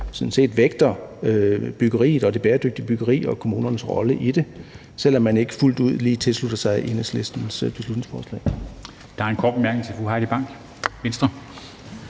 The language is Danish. vægter byggeriet og det bæredygtige byggeri og kommunernes rolle i det, selv om man ikke fuldt ud lige tilslutter sig Enhedslistens beslutningsforslag.